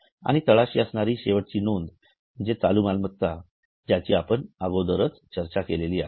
आणि तळाशी असणारी शेवटची नोंद म्हणजे चालू मालमत्ता ज्याची आपण अगोदरच चर्चा केलेली आहे